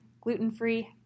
gluten-free